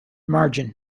margin